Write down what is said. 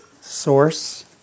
source